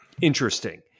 interesting